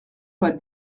pas